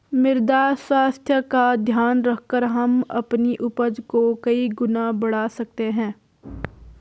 मृदा स्वास्थ्य का ध्यान रखकर हम अपनी उपज को कई गुना बढ़ा सकते हैं